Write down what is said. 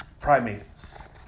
Primates